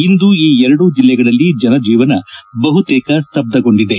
ಇಂದು ಈ ಎರಡು ಜಿಲ್ಲೆಗಳಲ್ಲಿ ಜನಜೀವನ ಬಹುತೇಕ ಸ್ತಬ್ದಗೊಂಡಿದೆ